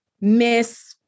Miss